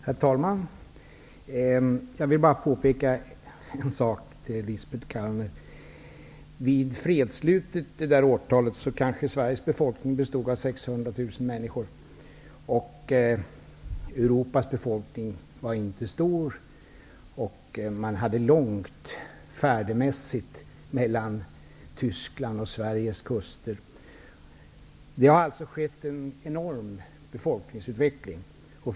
Herr talman! Jag vill bara påpeka en sak för Lisbet Calner. Vid fredsslutet den gången kanske Sveriges befolkning bestod av 600 000 människor. Europas befolkning var inte stor. Man hade färdmässigt långt mellan Tysklands och Sveriges kuster. Det har alltså skett en enorm befolkningsutveckling.